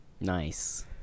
Nice